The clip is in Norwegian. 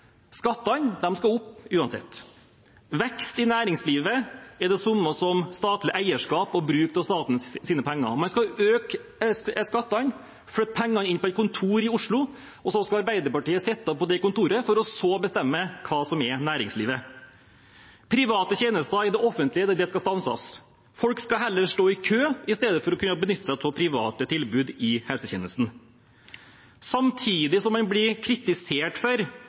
Skattene skal opp uansett. Vekst i næringslivet er det samme som statlig eierskap og bruk av statens penger. Man skal øke skattene, flytte pengene inn på et kontor i Oslo, og så skal Arbeiderpartiet sitte på det kontoret for så å bestemme hva som er næringslivet. Private tjenester i det offentlige skal stanses. Folk skal stå i kø i stedet for å kunne benytte seg av private tilbud i helsetjenesten. Samtidig som man blir kritisert for